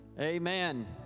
Amen